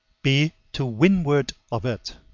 be to windward of it.